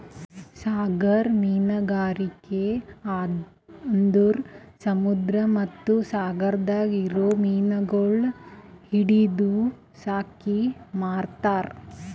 ಸಾಗರ ಮೀನುಗಾರಿಕೆ ಅಂದುರ್ ಸಮುದ್ರ ಮತ್ತ ಸಾಗರದಾಗ್ ಇರೊ ಮೀನಗೊಳ್ ಹಿಡಿದು ಸಾಕಿ ಮಾರ್ತಾರ್